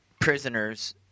prisoners